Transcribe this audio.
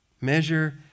measure